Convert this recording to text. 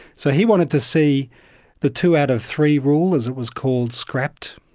so he wanted to see the two out of three rule, as it was called, scrapped.